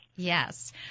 Yes